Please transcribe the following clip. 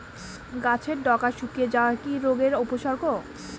গাছের ডগা শুকিয়ে যাওয়া কি রোগের উপসর্গ?